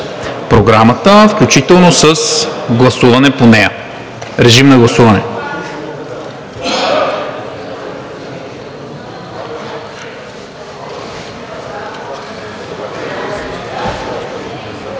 включително с гласуване по нея. Режим на гласуване.